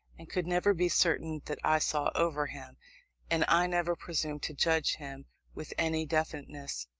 and could never be certain that i saw over him and i never presumed to judge him with any definiteness,